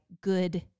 good